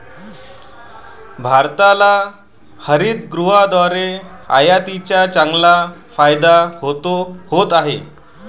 भारताला हरितगृहाद्वारे आयातीचा चांगला फायदा होत आहे